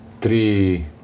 three